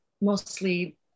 mostly